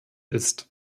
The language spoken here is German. ist